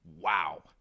Wow